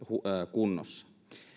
kunnossa